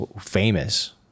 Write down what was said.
famous